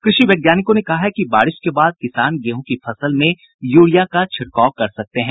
कृषि वैज्ञानिकों ने कहा है कि बारिश के बाद किसान गेहूं की फसल में यूरिया का छिड़काव कर सकते हैं